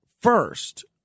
first